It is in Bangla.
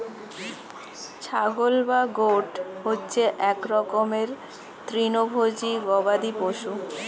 ছাগল বা গোট হচ্ছে এক রকমের তৃণভোজী গবাদি পশু